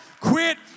Quit